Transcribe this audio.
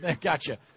gotcha